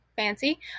fancy